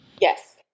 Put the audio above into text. Yes